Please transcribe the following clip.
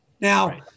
Now